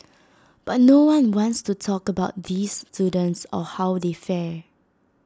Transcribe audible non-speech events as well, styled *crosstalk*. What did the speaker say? *noise* but no one wants to talk about these students or how they fare